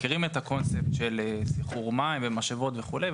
מכירים את הקונספט של סחרור מים ומשאבות וכולי,